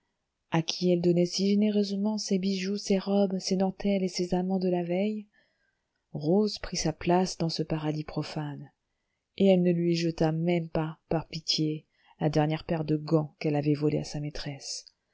à qui elle donnait si généreusement ses bijoux ses robes ses dentelles et ses amants de la veille rose prit sa place dans ce paradis profane et elle ne lui jeta même pas par pitié la dernière paire de gants qu'elle avait volée à sa maîtresse